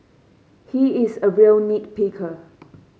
he is a real nit picker